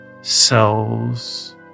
cells